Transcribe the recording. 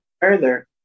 further